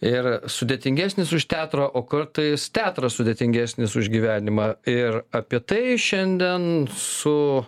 ir sudėtingesnis už teatro o kartais teatras sudėtingesnis už gyvenimą ir apie tai šiandien su